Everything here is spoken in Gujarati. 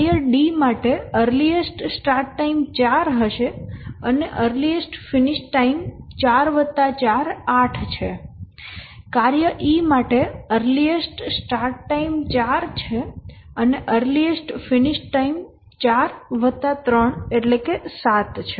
કાર્ય D માટે અર્લીએસ્ટ સ્ટાર્ટ ટાઈમ 4 હશે અને અર્લીએસ્ટ ફિનિશ ટાઈમ 8 છે અને કાર્ય E માટે અર્લીએસ્ટ સ્ટાર્ટ ટાઈમ 4 છે અર્લીએસ્ટ ફિનિશ ટાઈમ 7 છે